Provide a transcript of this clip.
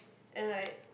and like